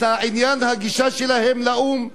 את עניין הגישה שלהם לאו"ם?